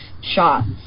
shots